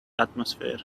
atmosphere